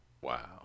Wow